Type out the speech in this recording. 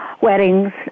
Weddings